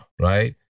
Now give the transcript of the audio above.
right